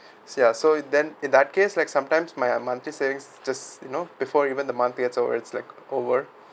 sia so then in that case like sometimes my monthly savings just you know before even the monthly get over it's like over